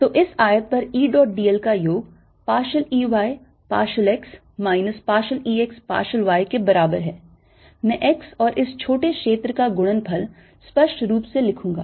तो इस आयत पर E dot d l का योग partial E y partial x minus partial E x partial y के बराबर है मैं x और इस छोटे क्षेत्र का गुणनफल स्पष्ट रूप से लिखूंगा